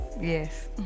Yes